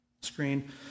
screen